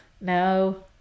No